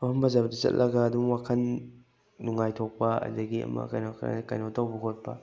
ꯃꯐꯝ ꯐꯖꯕꯗ ꯆꯠꯂꯒ ꯑꯗꯨꯝ ꯋꯥꯈꯜ ꯅꯨꯡꯉꯥꯏꯊꯣꯛꯄ ꯑꯗꯒꯤ ꯑꯃ ꯀꯩꯅꯣ ꯈꯔ ꯀꯩꯅꯣ ꯇꯧꯕ ꯈꯣꯠꯄ